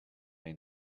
may